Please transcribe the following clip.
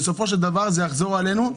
בסופו של דבר זה יחזור אלינו,